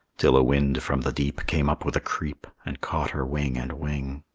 till a wind from the deep came up with a creep, and caught her wing and wing.